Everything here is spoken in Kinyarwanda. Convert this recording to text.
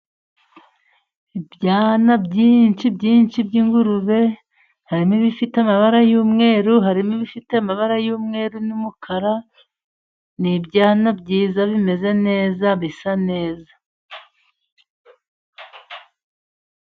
Ibyana byinshi by'ingurube harimo ibifite amabara y'umweru, harimo ibifite amabara y'umweru n'umukara, n'ibyana byiza, bimeze neza, bisa neza.